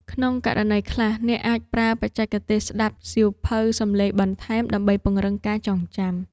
ក្នុងករណីខ្លះ អ្នកអាចប្រើបច្ចេកទេសស្ដាប់សៀវភៅសំឡេងបន្ថែម ដើម្បីពង្រឹងការចងចាំ។